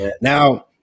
Now